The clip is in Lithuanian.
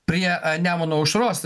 prie nemuno aušros